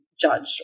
judged